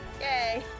Yay